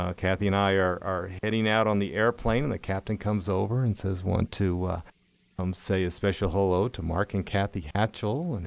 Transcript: ah kathy and i are are heading out on the airplane, and the captain comes over and says want to um say a special hello to mark and kathy hatchell,